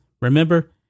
remember